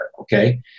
okay